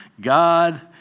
God